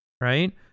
right